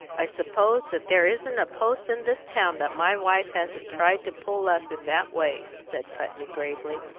i suppose that there isn't a post in this town that my wife hasn't tried to pull up in that way, said putney gravely.